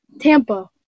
Tampa